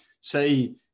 say